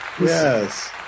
Yes